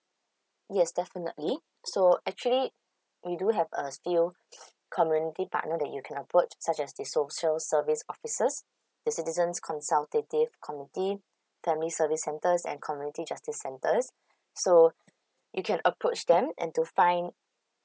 yes definitely so actually we do have a few community partner that you can approach such as the social service offices the citizens consultative community family service centres and currently justice centres so you can approach them and to find